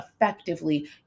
effectively